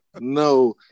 no